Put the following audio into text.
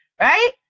Right